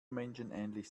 menschenähnlich